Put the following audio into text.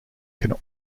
can